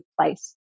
place